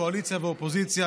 קואליציה ואופוזיציה,